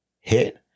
hit